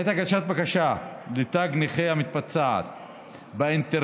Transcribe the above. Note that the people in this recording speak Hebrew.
בעת הגשת בקשה לתג נכה המתבצעת באינטרנט